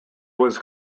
was